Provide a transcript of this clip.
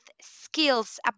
skills